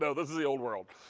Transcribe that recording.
so this is the old world.